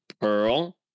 Pearl